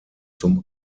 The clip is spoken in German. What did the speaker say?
zum